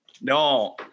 No